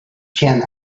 can